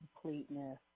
completeness